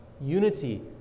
unity